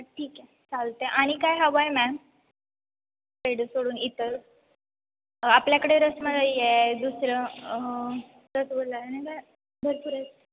ठीक आहे चालतंय आणि काय हवं आहे मॅम पेडे सोडून इतर आपल्याकडे रसमलाई आहे दुसरं रसगुल्ला आहे आणि काय भरपूर आहे